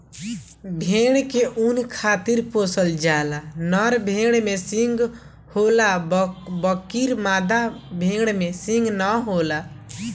भेड़ के ऊँन खातिर पोसल जाला, नर भेड़ में सींग होला बकीर मादा भेड़ में सींग ना होला